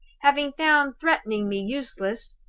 having found threatening me useless,